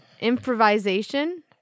improvisation